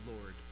Lord